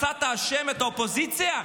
מצאת אשם, את האופוזיציה?